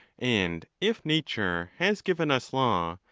and if nature has given us law,